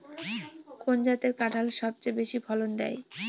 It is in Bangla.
কোন জাতের কাঁঠাল সবচেয়ে বেশি ফলন দেয়?